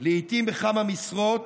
לעיתים בכמה משרות,